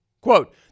Quote